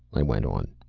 i went on.